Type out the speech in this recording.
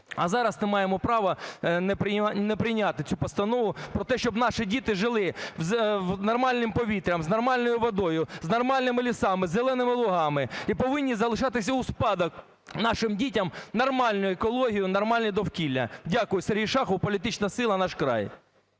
А зараз ми не маємо права не прийняти цю постанову про те, щоб наші діти жили з нормальним повітрям, з нормальною водою, з нормальними лісами, із зеленими лугами, і повинні залишатися у спадок нашим дітям нормальне екологія, нормальне довкілля. Дякую. Сергій Шахов, політична сила "Наш край".